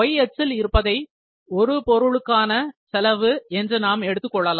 y அச்சில் இருப்பதை ஒரு பொருளுக்கான செலவு என்று நாம் எடுத்துக் கொள்ளலாம்